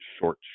short